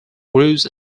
grose